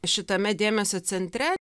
šitame dėmesio centre